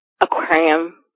aquarium